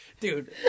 Dude